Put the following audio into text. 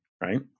right